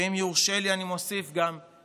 ואם יורשה לי, אני מוסיף גם ישר.